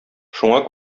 шуңа